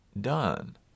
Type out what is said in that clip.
done